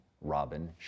Robin